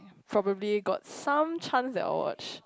probably got some chances they watch